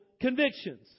convictions